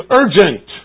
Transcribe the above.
urgent